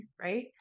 Right